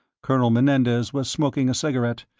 colonel menendez was smoking a cigarette,